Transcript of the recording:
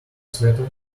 swatter